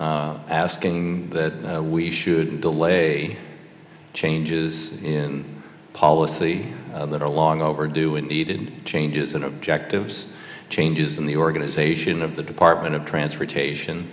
asking that we shouldn't delay changes in policy that are long overdue and needed changes in objectives changes in the organization of the department of transportation